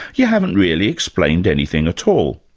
you haven't really explained anything at all.